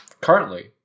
currently